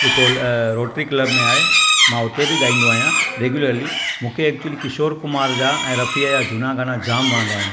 जेको Rotaract club में आहे मां उते बि ॻाईंदो आहियां रेगुलरली मूंखे एक्चुली किशोर कुमार जा ऐं रफ़िअ जा झूना गाना जाम वणंदा आहिनि